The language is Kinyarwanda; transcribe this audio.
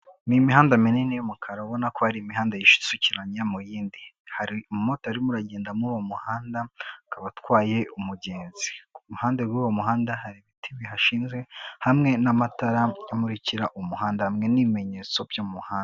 Ni imihanda minini y'umukara, ubona ko ari imihanda yisukiranya mu yindi, hari umu motari irimo uragenda muri uwo muhanda akaba atwaye umugenzi, ku ruhande rw'uwo muhanda hari ibiti bihashinze hamwe n'amatara amurikira umuhanda hamwe n'imenyetso byo mu muhanda.